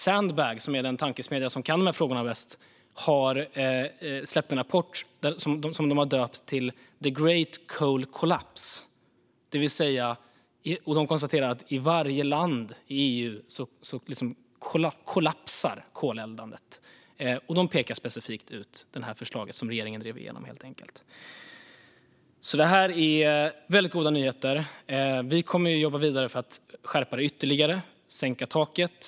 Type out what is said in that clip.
Sandbag, som är den tankesmedja som kan de här frågorna bäst, har släppt en rapport som de döpt till The Great Coal Collapse of 2019 . De konstaterar att i varje land i EU kollapsar koleldandet, och de pekar specifikt ut förslaget som regeringen drev igenom. Det här är väldigt goda nyheter. Vi kommer att jobba vidare för att skärpa till systemet ytterligare och sänka taket.